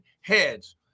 heads